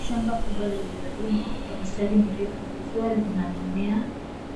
Shamba kubwa lililo limwa mistari mirefu likiwa na mimea